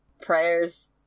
prayers